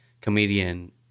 comedian